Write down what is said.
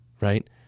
right